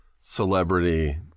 celebrity